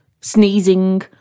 sneezing